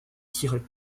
tirer